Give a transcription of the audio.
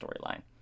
storyline